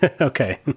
Okay